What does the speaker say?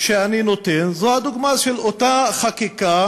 שאני נותן זו הדוגמה של אותה חקיקה